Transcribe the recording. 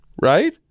right